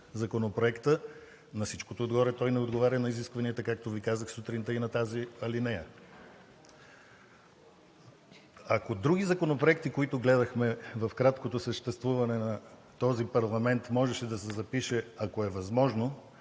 Законопроекта. На всичкото отгоре той не отговаря на изискванията, както Ви казах сутринта, и на тази алинея. Ако в други законопроекти, които гледахме в краткото съществуване на този парламент, можеше да се запише: „Ако е възможно“,